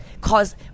cause